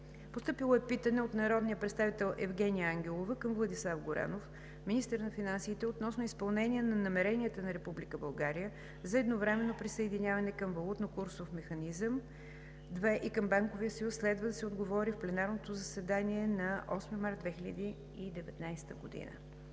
март 2019 г. - народния представител Евгения Ангелова към Владислав Горанов – министър на финансите, относно изпълнение на намеренията на Република България за едновременно присъединяване към Валутно-курсов механизъм ІІ и към Банковия съюз. Следва да се отговори в пленарното заседание на 8 март 2019 г.